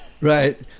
Right